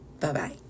bye-bye